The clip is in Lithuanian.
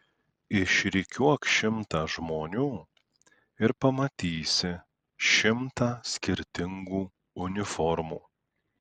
išrikiuok šimtą žmonių ir pamatysi šimtą skirtingų uniformų